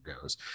goes